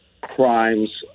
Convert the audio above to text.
crimes